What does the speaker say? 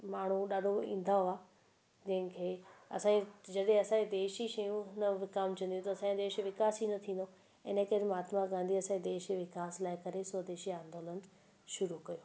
माण्हू ॾाढो ईंदा हुआ जंहिंखे असांजी जॾहिं असांजे देश जी शयूं न विकामजंदी त असांजे देश जो विकास ई न थींदो इन करे महात्मा गांधी असांजे देश जे विकास लाइ करे स्वदेशी आंदोलनु शुरू कयो